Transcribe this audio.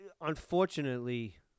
Unfortunately